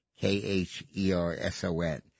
K-H-E-R-S-O-N